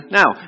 now